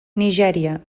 nigèria